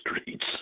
streets